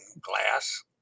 glass